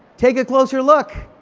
take a closer look,